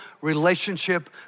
relationship